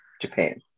Japan